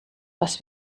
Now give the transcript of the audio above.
was